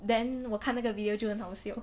then 我看那个 video 就很好笑